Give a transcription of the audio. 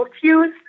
cues